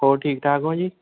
ਹੋਰ ਠੀਕ ਠਾਕ ਹੋ ਜੀ